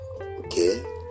okay